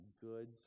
goods